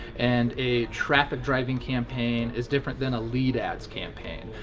and a traffic driving campaign is different than a lead ads campaign.